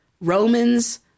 Romans